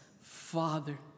Father